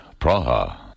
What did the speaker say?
Praha